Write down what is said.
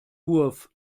wurf